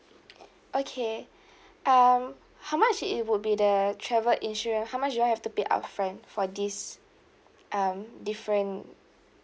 okay um how much it would be the travel insurance how much do I have to pay upfront for this um different